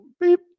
Beep